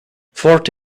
forte